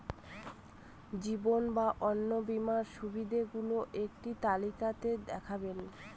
জীবন বা অন্ন বীমার সুবিধে গুলো একটি তালিকা তে দেখাবেন?